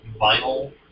vinyl